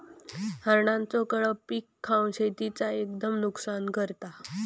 हरणांचो कळप पीक खावन शेतीचा एकदम नुकसान करता